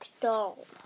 doll